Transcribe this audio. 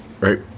Right